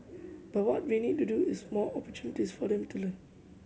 but what we need to do is more opportunities for them to learn